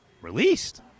released